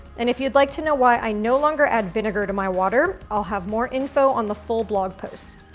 and if you'd like to know why i no longer add vinegar to my water, i'll have more info on the full blog post.